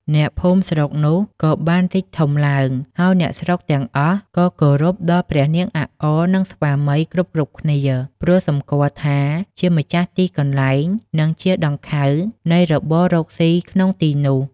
អ្នកភូមិស្រុកនោះ ក៏បានរីកធំឡើង ហើយអ្នកស្រុកទាំងអស់ ក៏គោរពដល់ព្រះនាងអាក់អ និង ស្វាមីគ្រប់ៗគ្នា ព្រោះសំគាល់ថាជាម្ចាស់ទីកន្លែង និង ជាដង្ខៅនៃរបររកស៊ីក្នុងទីនោះ ។